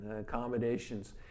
accommodations